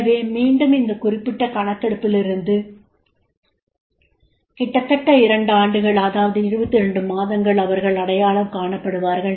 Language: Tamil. எனவே மீண்டும் இந்த குறிப்பிட்ட கணக்கெடுப்பிலிருந்து கிட்டத்தட்ட 2 ஆண்டுகள் அதாவது 22 மாதங்கள் அவர்கள் அடையாளம் காணப்படுவார்கள்